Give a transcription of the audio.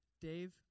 Dave